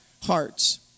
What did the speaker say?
hearts